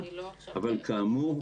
אבל כאמור,